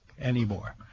anymore